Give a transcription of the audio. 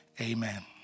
Amen